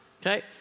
Okay